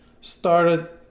started